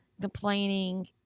complaining